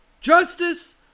justice